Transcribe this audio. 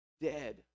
Dead